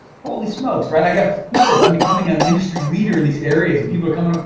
holy smokes, right, i got. look at this, i'm becoming an industry leader in these areas and people are coming up,